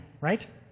right